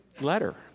letter